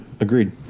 agreed